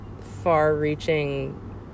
far-reaching